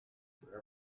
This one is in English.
for